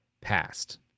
past